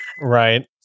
right